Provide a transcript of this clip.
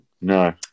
No